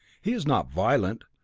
he is not violent,